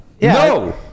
No